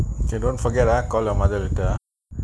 eh don't forget ah call your mother later ah